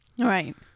Right